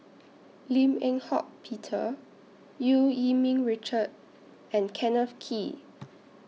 Lim Eng Hock Peter EU Yee Ming Richard and Kenneth Kee